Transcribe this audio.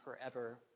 forever